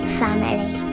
family